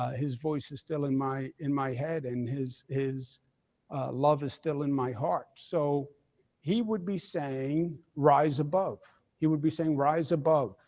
his voice is still in my in my head, and his his love is still in my heart. so he would be saying rise above. he would be saying rise above.